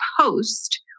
post